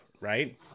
Right